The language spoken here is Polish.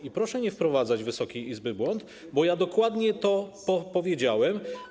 I proszę nie wprowadzać Wysokiej Izby w błąd, bo dokładnie to powiedziałem.